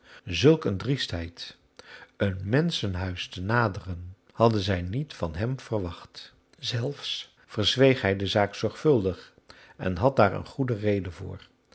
zulk een driestheid een menschenhuis te naderen hadden zij niet van hem verwacht zelfs verzweeg hij de zaak zorgvuldig en had daar zijn goede redenen voor